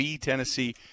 Tennessee